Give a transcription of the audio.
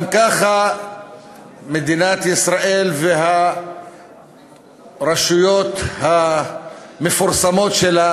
גם ככה מדינת ישראל והרשויות המפורסמות שלה